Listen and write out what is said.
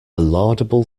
laudable